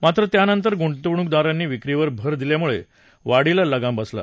मात्र त्यानंतर गुंतवणूकदारांनी विक्रीवर भर दिल्यामुळे वाढीला लगाम बसला